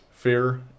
fear